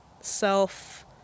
self